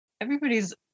Everybody's